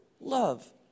love